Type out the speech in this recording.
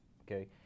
okay